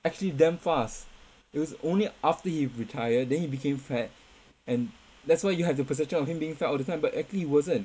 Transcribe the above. actually damn fast it was only after he retired then he became fat and that's why you have the perception of him being fat all the time but actually he wasn't